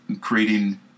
creating